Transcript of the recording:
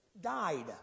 died